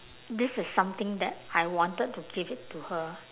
this is something that I wanted to give it to her